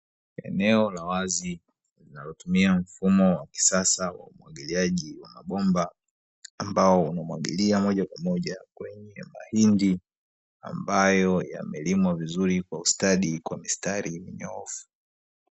Eneo la wazi linalotumia mfumo wa kisasa wa umwagiliaji wa mabomba ambao unamwagilia moja kwa moja, kwenye mahindi ambayo yamelimwa vizuri kwa ustadi kwa mistari minyoofu.